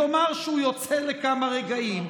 יאמר שהוא יוצא לכמה רגעים.